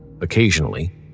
Occasionally